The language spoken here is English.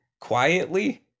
quietly